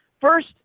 First